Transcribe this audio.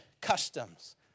customs